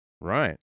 right